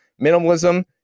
minimalism